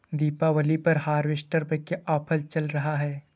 दीपावली पर हार्वेस्टर पर क्या ऑफर चल रहा है?